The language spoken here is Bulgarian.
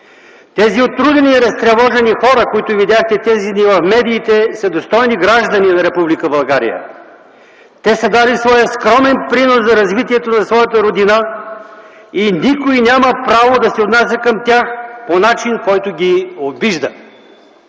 Тези отрудени и разтревожени хора, които видяхте тези дни в медиите, са достойни граждани на Република България. Те са дали своя скромен принос за развитието на своята родина и никой няма право да се отнася към тях по начин, който ги обижда.